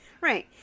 Right